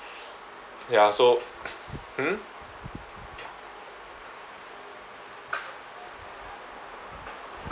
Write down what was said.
ya so hmm